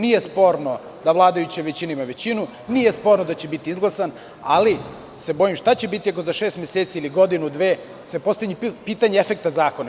Nije sporno da vladajuća većina ima većinu, nije sporno da će biti izglasan, ali se bojim šta će biti ako za šest meseci ili godinu, dve se postavi pitanje efekta zakona.